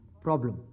problem